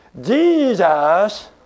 Jesus